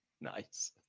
Nice